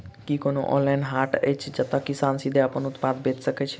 की कोनो ऑनलाइन हाट अछि जतह किसान सीधे अप्पन उत्पाद बेचि सके छै?